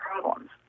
problems